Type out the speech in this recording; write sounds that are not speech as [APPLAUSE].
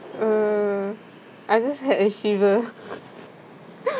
uh I just had a shiver [LAUGHS]